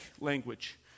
language